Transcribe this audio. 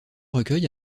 recueil